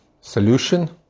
Solution